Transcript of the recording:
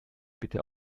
bitte